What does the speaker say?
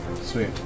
sweet